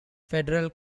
federal